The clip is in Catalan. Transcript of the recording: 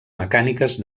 mecàniques